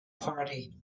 party